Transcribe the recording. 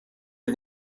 est